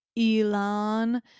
Elon